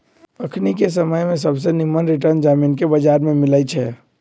अखनिके समय में सबसे निम्मन रिटर्न जामिनके बजार में मिलइ छै